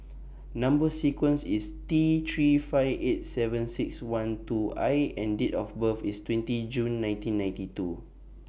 Number sequence IS T three five eight seven six one two I and Date of birth IS twenty June nineteen ninety two